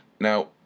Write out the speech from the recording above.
Now